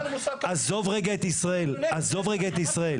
עזוב רגע את ישראל, עזוב רגע את ישראל.